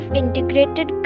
integrated